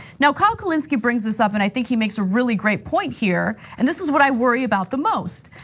now, kyle kulinsky brings this up, and i think he makes a really great point there, and this is what i worry about the most.